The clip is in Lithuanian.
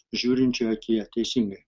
žiūrinčiojo akyje teisingai